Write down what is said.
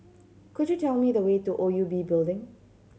could you tell me the way to O U B Building